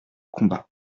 combat